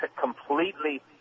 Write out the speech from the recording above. completely